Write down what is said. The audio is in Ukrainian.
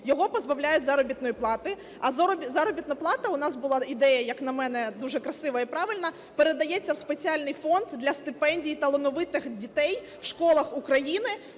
його позбавляють заробітної плати. А заробітна плата, у нас була ідея як на мене дуже красива і правильна, передається у Спеціальний фонд для стипендій талановитих дітей у школах України